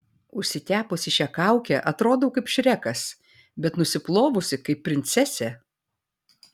užsitepusi šią kaukę atrodau kaip šrekas bet nusiplovusi kaip princesė